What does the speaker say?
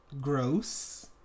gross